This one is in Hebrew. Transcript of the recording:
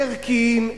ערכיים,